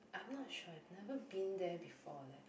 I'm not sure I've never been there before leh